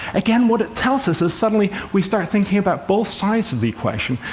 again, what it tells us is suddenly we start thinking about both sides of the equation.